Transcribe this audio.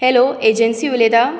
hello agency उलयता